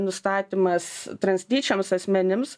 nustatymas translyčiams asmenims